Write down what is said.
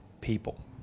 people